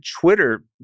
Twitter